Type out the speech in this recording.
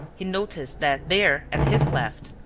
he noticed that there at his left,